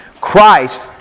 Christ